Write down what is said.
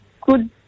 good